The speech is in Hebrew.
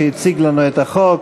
שהציג לנו את החוק,